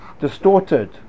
distorted